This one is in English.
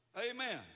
Amen